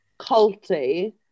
culty